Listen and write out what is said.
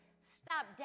Stop